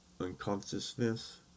unconsciousness